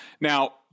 Now